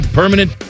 permanent